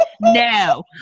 no